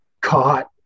caught